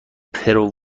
پرو